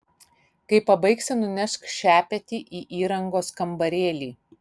kai pabaigsi nunešk šepetį į įrangos kambarėlį